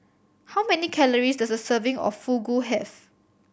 how many calories does a serving of Fugu have